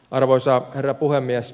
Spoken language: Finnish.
arvoisa herra puhemies